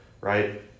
right